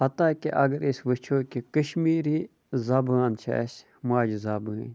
ہَتا کہِ اگر أسۍ وٕچھو کہِ کٔشمیٖری زَبان چھِ اَسہِ ماجہٕ زَبٲنۍ